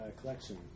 collection